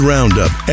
Roundup